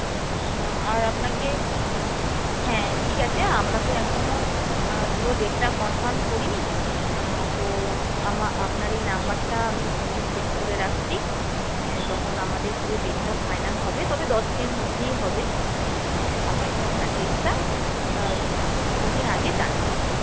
হ্যাঁ আর আপনাকে হ্যাঁ ঠিক আছে আমরা তো এখনও পুরো ডেটটা কনফার্ম করিনি তো আপনার এই নাম্বারটা আমি ফোনে সেভ করে রাখছি যখন আমাদের পুরো ডেটটা ফাইনাল হবে তবে দশদিনের মধ্যেই হবে আপনাকে আমরা ডেটটা দুদিন আগে জানিয়ে দেব